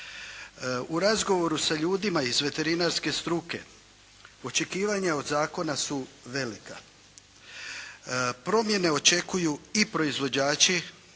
U razgovoru sa ljudima iz veterinarske struke, očekivanje od zakona su velika. Promjene očekuju i proizvođači,